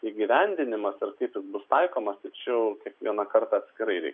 įgyvendinimas ir kaip jis bus taikomas tai čia jau kiekvieną kartą atskirai reik